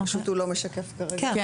פשוט הוא לא משקף כרגע את העמדה של --- כן,